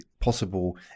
possible